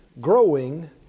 Growing